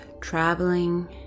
traveling